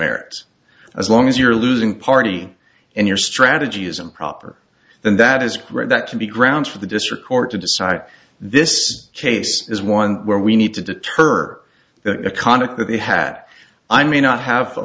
merit as long as you're losing party and your strategy is improper then that is great that can be grounds for the district court to decide this case is one where we need to deter that a conduct with a hat i may not have a